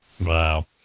Wow